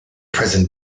present